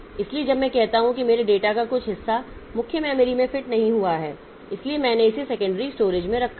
इसलिए जब मैं कहता हूं कि मेरे डेटा का कुछ हिस्सा मुख्य मेमोरी में फिट नहीं हुआ है इसीलिए मैंने इसे सेकेंडरी स्टोरेज में रखा है